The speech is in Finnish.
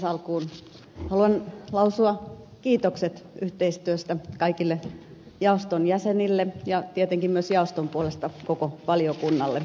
alkuun haluan lausua kiitokset yhteistyöstä kaikille jaoston jäsenille ja tietenkin myös jaoston puolesta koko valiokunnalle